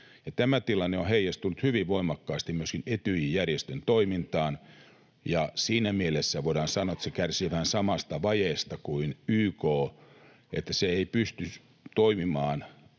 Tämä tilanne on heijastunut hyvin voimakkaasti myöskin Etyj-järjestön toimintaan, ja siinä mielessä voidaan sanoa, että se kärsii vähän samasta vajeesta kuin YK, että se ei pysty toimimaan